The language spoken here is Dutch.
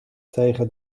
tegen